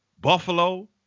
Buffalo